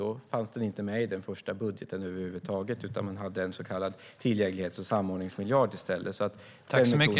Då fanns den inte med i den första budgeten över huvud taget, utan man hade en så kallad tillgänglighets och samordningsmiljard i stället.